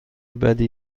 بدی